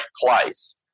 place